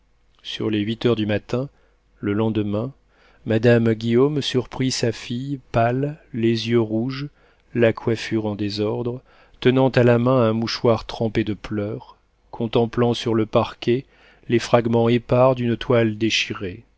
sur les huit heures du matin le lendemain madame guillaume surprit sa fille pâle les yeux rouges la coiffure en désordre tenant à la main un mouchoir trempé de pleurs contemplant sur le parquet les fragments épars d'une toilette déchirée